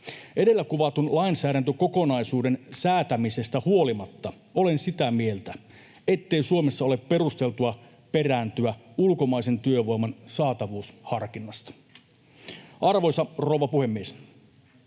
Edellä kuvatun lainsäädäntökokonaisuuden säätämisestä huolimatta olen sitä mieltä, ettei Suomessa ole perusteltua perääntyä ulkomaisen työvoiman saatavuusharkinnasta. Arvoisa rouva puhemies!